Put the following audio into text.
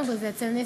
דנו בזה אצל ניסן.